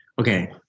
Okay